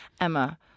Emma